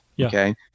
Okay